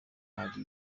hari